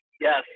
Yes